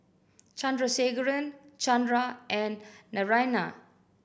Chandrasekaran Chandra and Naraina